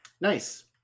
Nice